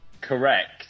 Correct